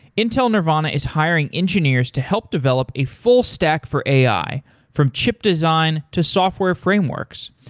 intel nervana is hiring engineers to help develop a full stack for ai from chip design to software frameworks.